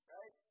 Right